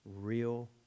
real